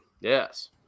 Yes